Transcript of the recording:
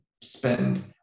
spend